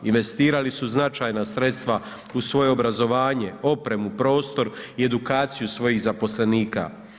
Investirali su značajna sredstva u svoje obrazovanje, opremu, prostor i edukaciju svojih zaposlenika.